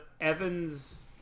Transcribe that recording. Evans